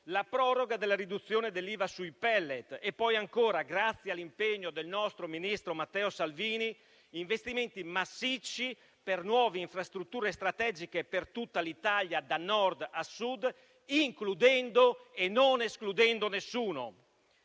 la proroga della riduzione dell'IVA sui pellet; e poi ancora, grazie all'impegno del nostro ministro Matteo Salvini, investimenti massicci per nuove infrastrutture strategiche in tutta Italia, da Nord a Sud, includendo e non escludendo nessuno.